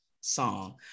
song